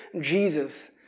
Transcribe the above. Jesus